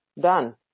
done